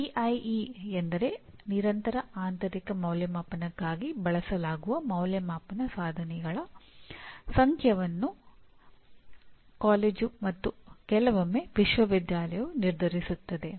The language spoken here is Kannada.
ಸಿಐಇಗಾಗಿ ಅಂದರೆ ನಿರಂತರ ಆಂತರಿಕ ಮೌಲ್ಯಅಂಕಣಕ್ಕಾಗಿ ಬಳಸಲಾಗುವ ಅಂದಾಜುವಿಕೆಯ ಸಾಧನಗಳ ಸಂಖ್ಯೆಯನ್ನು ಕಾಲೇಜು ಮತ್ತು ಕೆಲವೊಮ್ಮೆ ವಿಶ್ವವಿದ್ಯಾಲಯವು ನಿರ್ಧರಿಸುತ್ತದೆ